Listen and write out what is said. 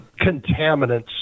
contaminants